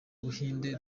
buhinde